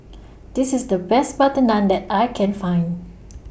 This IS The Best Butter Naan that I Can Find